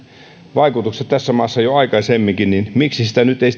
vaikutukset tässä maassa jo aikaisemminkin joten miksi sitä nyt ei